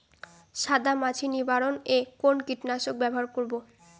সাদা মাছি নিবারণ এ কোন কীটনাশক ব্যবহার করব?